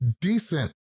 decent